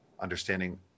understanding